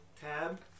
tab